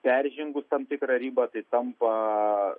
peržengus tam tikrą ribą tai tampa